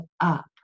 up